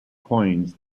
coins